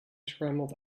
scrambled